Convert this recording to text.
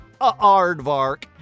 aardvark